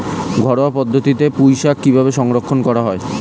ঘরোয়া পদ্ধতিতে পুই শাক কিভাবে সংরক্ষণ করা হয়?